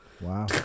Wow